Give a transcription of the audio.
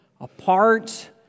apart